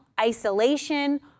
isolation